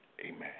amen